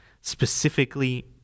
specifically